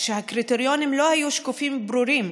כשהקריטריונים לא היו שקופים וברורים.